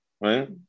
Right